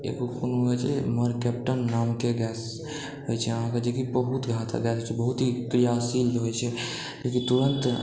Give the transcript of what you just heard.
कोनो होइ छै एमहर कैप्टन नामके गैस होइ छै अहाँके जेकि बहुत ही घातक गैस होइ छै बहुत ही क्रियाशील होइ छै जे तुरन्त